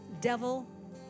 Devil